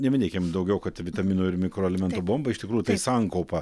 neminėkim daugiau kad vitaminų ir mikroelementų bomba iš tikrųjų tai sankaupa